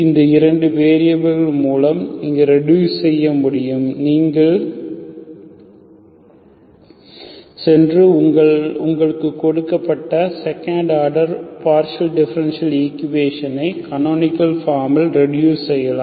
இந்த இரண்டு வேரியபில் மூலம் நீங்கள் ரெடுஸ் செய்ய முடியும் நீங்கள் சென்று உங்கள் கொடுக்கப்பட்ட செகண்ட் ஆர்டர் பார்ஷியல் டிஃபரென்ஷியல் ஈக்குவேஷனை கனோனிக்கள் ஃபார்மில் ரெடுஸ் செய்யலாம்